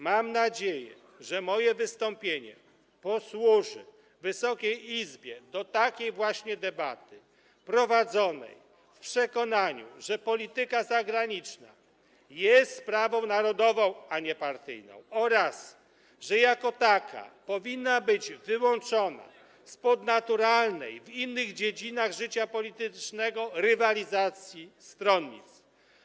Mam nadzieję, że moje wystąpienie posłuży Wysokiej Izbie do takiej właśnie debaty prowadzonej w przekonaniu, że polityka zagraniczna jest sprawą narodową, a nie partyjną, oraz że jako taka powinna być wyłączona spod naturalnej w innych dziedzinach życia politycznego rywalizacji stronnictw.